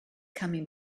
coming